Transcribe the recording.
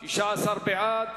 התוצאה: בעד,